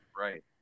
Right